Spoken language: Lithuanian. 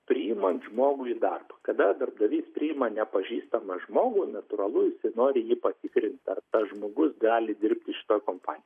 priimant žmogų į darbą kada darbdavys priima nepažįstamą žmogų natūralu jisai nori jį patikrint ar tas žmogus gali dirbti šitoj kompanijoj